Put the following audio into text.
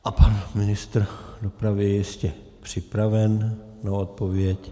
A pan ministr dopravy je jistě připraven na odpověď.